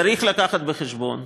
צריך להביא בחשבון,